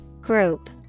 Group